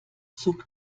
zug